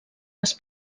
les